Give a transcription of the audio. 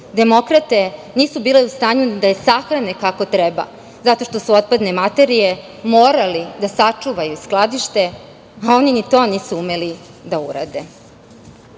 Demokrate nisu bile u stanju ni da je sahrane kako treba, zato što su otpadne materije morali da sačuvaju, skladište, a oni ni to nisu umeli da urade.U